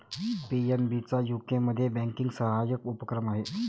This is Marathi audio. पी.एन.बी चा यूकेमध्ये बँकिंग सहाय्यक उपक्रम आहे